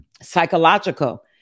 Psychological